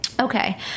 Okay